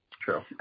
True